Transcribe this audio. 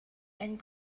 and